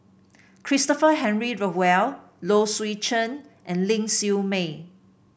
Christopher Henry Rothwell Low Swee Chen and Ling Siew May